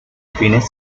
fines